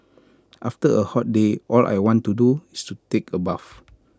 after A hot day all I want to do is to take A bath